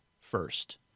first